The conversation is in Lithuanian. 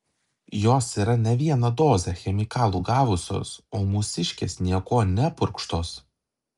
jos yra ne vieną dozę chemikalų gavusios o mūsiškės niekuo nepurkštos